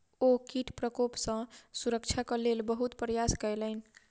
ओ कीट प्रकोप सॅ सुरक्षाक लेल बहुत प्रयास केलैन